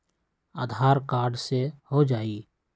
आधार card से हो जाइ?